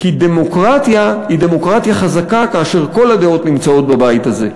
כי דמוקרטיה היא דמוקרטיה חזקה כאשר כל הדעות נמצאות בבית הזה,